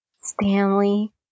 Stanley